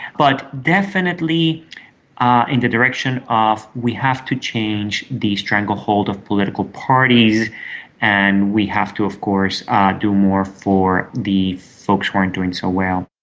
but definitely ah in the direction of we have to change the stranglehold of political parties and we have to of course ah do more for the folks who aren't doing so well.